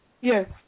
Yes